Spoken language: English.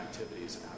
activities